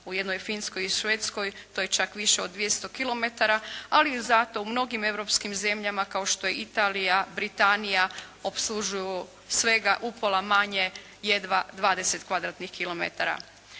U jednoj Finskoj i Švedskoj to je čak više od 200 kilometara, ali zato u mnogim europskim zemljama, kao što je Italija, Britanija opslužuju svega upola manje, jedva 20